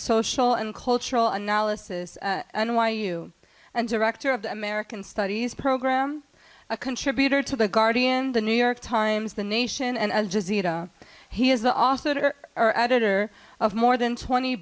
social and cultural analysis and why you and director of the american studies program a contributor to the guardian the new york times the nation and he is the author or editor of more than twenty